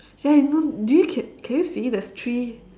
ya I know do you can can you see there's three